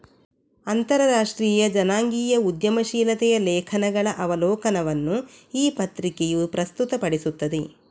ಅಂತರರಾಷ್ಟ್ರೀಯ ಜನಾಂಗೀಯ ಉದ್ಯಮಶೀಲತೆಯ ಲೇಖನಗಳ ಅವಲೋಕನವನ್ನು ಈ ಪತ್ರಿಕೆಯು ಪ್ರಸ್ತುತಪಡಿಸುತ್ತದೆ